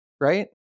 right